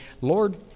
lord